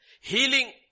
Healing